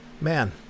man